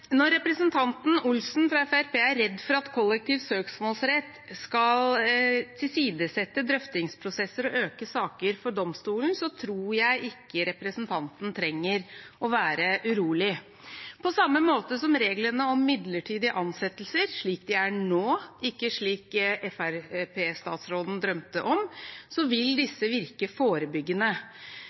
Når representanten Olsen fra Fremskrittspartiet er redd for at kollektiv søksmålsrett skal tilsidesette drøftingsprosesser og øke saksmengden for domstolen, så tror jeg ikke representanten trenger å være urolig. På samme måte som reglene om midlertidige ansettelser – slik de er nå, ikke slik Fremskrittsparti-statsråden drømte om – vil dette virke forebyggende.